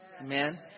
Amen